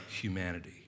humanity